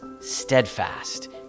steadfast